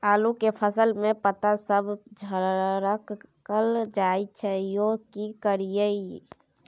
आलू के फसल में पता सब झरकल जाय छै यो की करियैई?